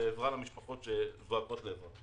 ועזרה למשפחות שזועקות לעזרה.